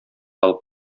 алып